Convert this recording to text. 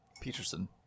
Peterson